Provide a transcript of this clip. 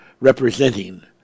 representing